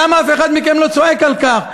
למה אף אחד מכם לא צועק על כך?